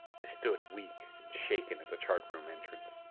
i stood weak and shaken at the chart room entrance.